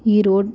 Erode